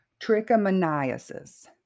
Trichomoniasis